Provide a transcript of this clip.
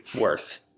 worth